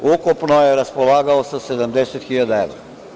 Ukupno je raspolagao sa 70.000 evra.